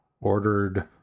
ordered